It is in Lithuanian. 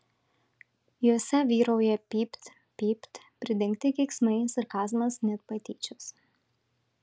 jose vyrauja pypt pypt pridengti keiksmai sarkazmas net patyčios